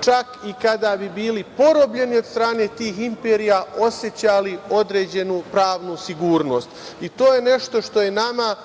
čak i kada bi bili porobljeni od strane tih imperija, osećali određenu pravnu sigurnost. To je nešto što je nama